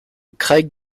craig